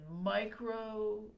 micro